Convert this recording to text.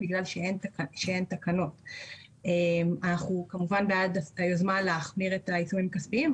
בגדר סעיף 5טו בגלל שאין סכנה מיידית לשלום הציבור או